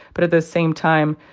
but at the same time,